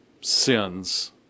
sins